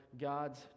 God's